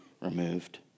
removed